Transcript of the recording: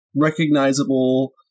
recognizable